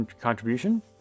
contribution